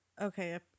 okay